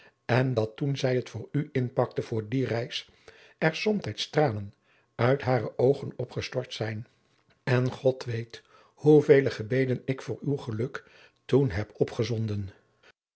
en dat toen zij het voor u inpakte voor die reis er somtijds tranen uit hare oogen op gestort zijn en god weet hoe vele gebeden ik voor uw geluk toen heb